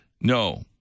No